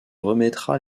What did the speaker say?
remettra